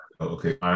okay